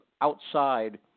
outside